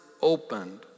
opened